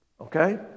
Okay